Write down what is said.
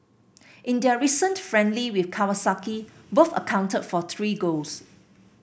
in their recent friendly with Kawasaki both accounted for three goals